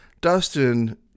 Dustin